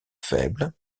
faible